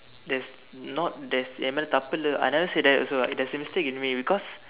that's not there's என் மேல தப்பு இல்ல:en meela thappu illa I never say that also what there's a mistake in me because